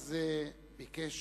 אז ביקש